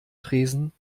tresen